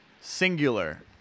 singular